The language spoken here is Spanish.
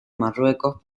marruecos